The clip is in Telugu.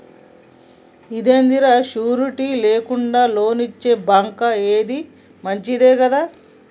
ఇదేందిరా, షూరిటీ లేకుండా లోన్లిచ్చే బాంకా, ఏంది మంచిదే గదా